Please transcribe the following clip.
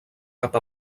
cap